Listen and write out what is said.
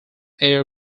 air